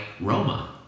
Roma